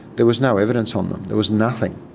there was no evidence on them, there was nothing.